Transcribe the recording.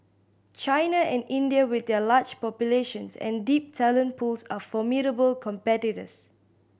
China and India with their large populations and deep talent pools are formidable competitors